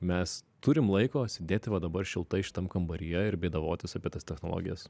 mes turim laiko sėdėti va dabar šiltai šitam kambaryje ir bėdavotis apie tas technologijas